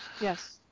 Yes